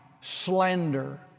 slander